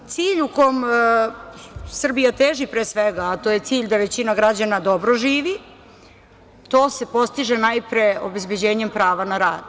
Cilj kome Srbija teži, a to je cilj da većina građana dobro živi, to se postiže najpre obezbeđenjem prava na rad.